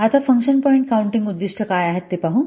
आता function point counting उद्दीष्ट काय आहेत ते पाहू